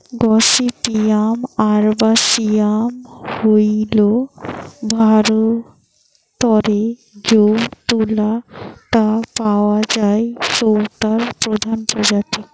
gossypium arboreum হইল ভারতরে যৌ তুলা টা পাওয়া যায় সৌটার প্রধান প্রজাতি